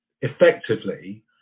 effectively